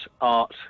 art